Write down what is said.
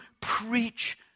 preach